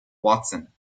watson